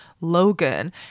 Logan